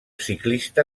ciclista